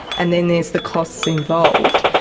and then there's the costs involved.